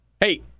Hey